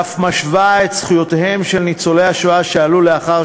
ואף משווה את זכויותיהם של ניצולי השואה שעלו לאחר